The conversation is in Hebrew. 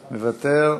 מוותר,